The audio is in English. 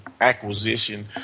acquisition